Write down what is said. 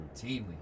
routinely